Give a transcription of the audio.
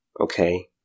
Okay